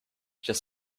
just